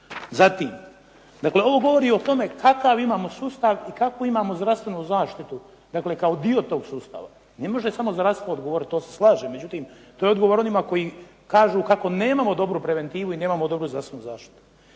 Zatim, dakle ovo govori o tome kakav imamo sustav i kakvu imamo zdravstvenu zaštitu kao dio tog sustava. Ne može samo zdravstvo odgovoriti to se slažem, međutim to je odgovor onima koji kažu kako nemamo dobru preventivu i nemamo dobru zdravstvenu zaštitu.